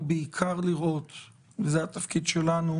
ובעיקר לראות וזה התפקיד שלנו